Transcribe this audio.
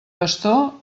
pastor